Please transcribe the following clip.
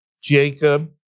Jacob